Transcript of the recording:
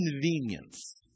convenience